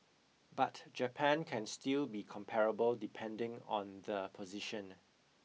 but Japan can still be comparable depending on the position